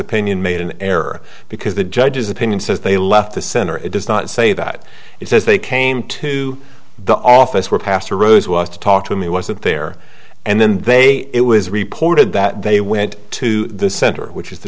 opinion made an error because the judge's opinion says they left the center it does not say that he says they came to the office where pastor rose was to talk to him he wasn't there and then they it was reported that they went to the center which is the